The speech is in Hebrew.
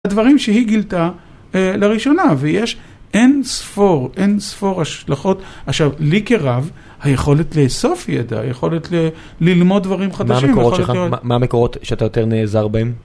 הדברים שהיא גילתה לראשונה, ויש אין ספור, אין ספור השלכות. עכשיו, לי כרב, היכולת לאסוף ידע, היכולת ללמוד דברים חדשים. מה המקורות שלך? מה המקורות שאתה יותר נעזר בהם?